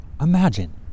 Imagine